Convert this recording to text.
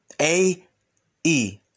A-E